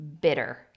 bitter